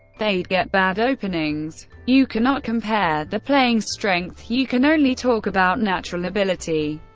they'd get bad openings. you cannot compare the playing strength, you can only talk about natural ability.